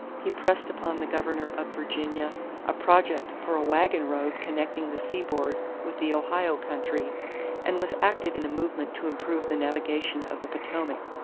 he pressed upon the governor of virginia a project for a wagon road connecting the seaboard with the ohio country and was active in a movement to improve the navigation of the potomac.